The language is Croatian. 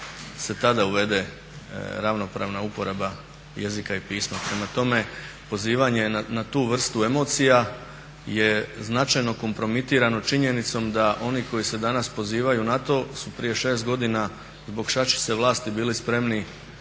se tada uvede ravnopravna uporaba jezika i pisma. Prema tome, pozivanje na tu vrstu emocija je značajno kompromitirano činjenicom da oni koji se danas pozivaju na to su prije 6 godina zbog šačice vlasti bili spremni